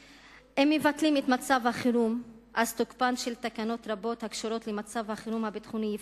תוקפן של תקנות רבות הקשורות למצב הביטחוני יפקע,